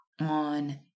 on